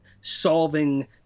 solving